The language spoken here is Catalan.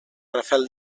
rafel